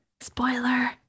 spoiler